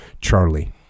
Charlie